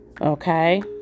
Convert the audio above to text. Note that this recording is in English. Okay